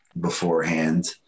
beforehand